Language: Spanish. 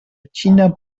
china